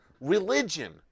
religion